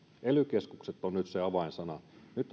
ely keskukset ovat nyt se avainsana nyt